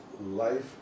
life